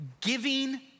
Giving